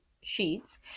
sheets